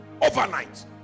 overnight